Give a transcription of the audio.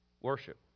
worship